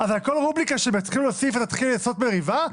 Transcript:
אז על כל רובריקה שהם יוסיפו אתה תתחיל לעשות מריבה,